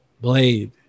Blade